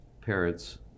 parents